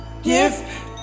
Give